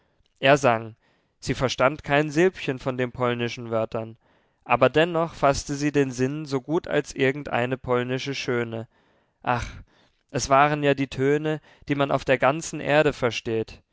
er sang sie verstand kein silbchen von den polnischen wörtern aber dennoch faßte sie den sinn so gut als irgend eine polnische schöne ach es waren ja die töne die man auf der ganzen erde versteht